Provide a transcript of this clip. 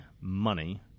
money